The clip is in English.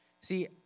See